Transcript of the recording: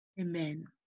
Amen